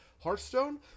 Hearthstone